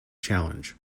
challenge